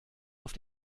auf